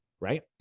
Right